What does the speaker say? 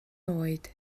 oed